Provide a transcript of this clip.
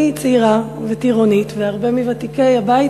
אני צעירה וטירונית והרבה מוותיקי הבית